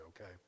okay